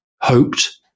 hoped